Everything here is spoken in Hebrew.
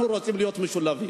אנחנו רוצים להיות משולבים.